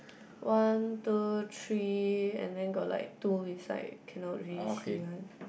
one two three and then got like two inside cannot really see one